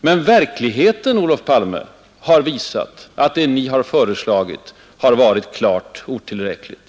Men verkligheten, herr Olof Palme, har bevisat att det ni har föreslagit har varit klart otillräckligt.